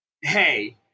Hey